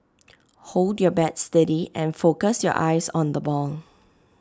hold your bat steady and focus your eyes on the ball